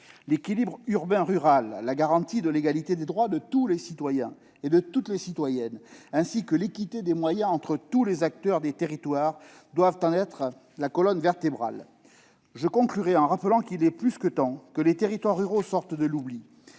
L'équilibre urbain-rural, la garantie de l'égalité des droits de tous les citoyens et de toutes les citoyennes, ainsi que l'équité des moyens entre tous les acteurs et territoires doivent en être la colonne vertébrale. Il est plus que temps que les territoires ruraux sortent de l'oubli.